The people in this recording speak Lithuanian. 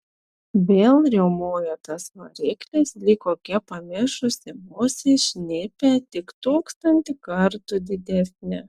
vėl riaumojo tas variklis lyg kokia pamišusi musė šnipė tik tūkstantį kartų didesnė